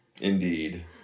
Indeed